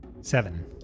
Seven